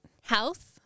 Health